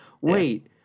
wait